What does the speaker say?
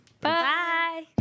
Bye